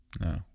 No